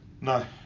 No